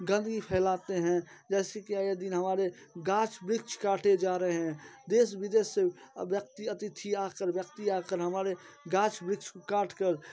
गंदगी फैलाते हैं जैसे कि आए दिन हमारे गाछ वृक्ष काटे जा रहे हैं देश विदेश से व्यक्ति अतिथि आ कर व्यक्ति आ कर हमारे गाछ वृक्ष को काट कर